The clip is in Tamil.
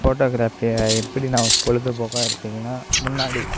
ஃபோட்டோ கிராஃபியை எப்படி நான் பொழுதுபோக்காக எடுத்தீங்கன்னா முன்னாடி